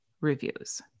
reviews